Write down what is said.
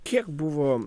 kiek buvo